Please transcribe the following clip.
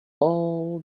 all